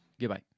goodbye